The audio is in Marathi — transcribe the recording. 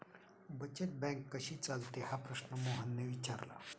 बचत बँक कशी चालते हा प्रश्न मोहनने विचारला?